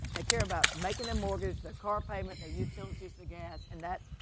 they care about making their mortgage, their car payment, their utilities, their gas, and that's,